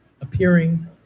appearing